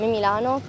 Milano